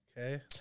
Okay